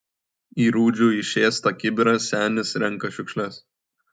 į rūdžių išėstą kibirą senis renka šiukšles